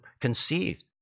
conceived